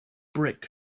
brick